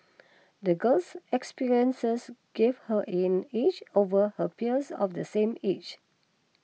the girl's experiences gave her an edge over her peers of the same age